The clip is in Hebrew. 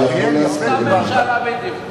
אותה ממשלה בדיוק.